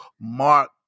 Mark